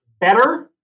better